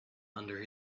under